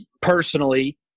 personally